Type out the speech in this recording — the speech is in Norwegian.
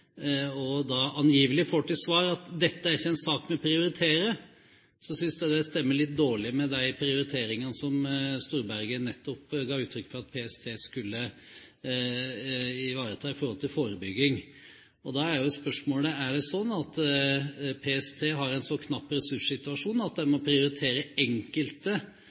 og da angivelig får til svar at dette er ikke en sak vi prioriterer, synes jeg det stemmer litt dårlig med de prioriteringene som Storberget nettopp ga uttrykk for at PST skulle ivareta med tanke på forebygging. Da er jo spørsmålet: Er det slik at PST har en så knapp ressurssituasjon at de må prioritere enkelte